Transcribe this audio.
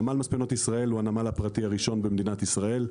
נמל מספנות ישראל הוא הנמל הפרטי הראשון במדינת ישראל.